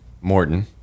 Morton